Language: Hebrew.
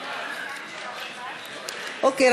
אוקיי.